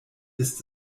ist